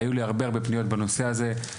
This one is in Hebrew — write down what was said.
היו לי הרבה הרבה פניות בנושא הזה,